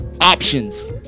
options